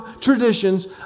traditions